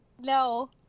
No